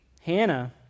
Hannah